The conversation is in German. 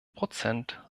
prozent